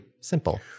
simple